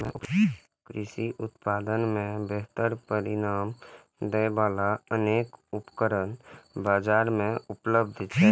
कृषि उत्पादन मे बेहतर परिणाम दै बला अनेक उपकरण बाजार मे उपलब्ध छै